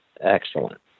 excellent